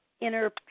inner